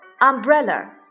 umbrella